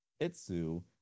Itsu